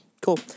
Cool